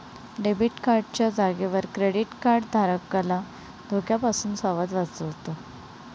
debit card च्या जागेवर credit card धारकाला धोक्यापासून वाचवतो